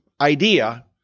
idea